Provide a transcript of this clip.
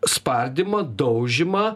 spardymą daužymą